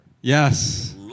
Yes